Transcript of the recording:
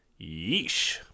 yeesh